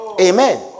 Amen